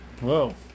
Whoa